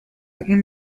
این